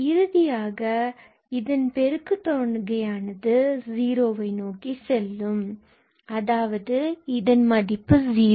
இறுதியாக இதற்கு பெருக்கு தொகையானது ஜீரோவை நோக்கி செல்லும் அதாவது இதன் மதிப்பு 0